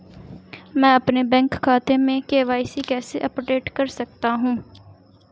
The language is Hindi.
मैं अपने बैंक खाते में के.वाई.सी कैसे अपडेट कर सकता हूँ?